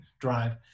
drive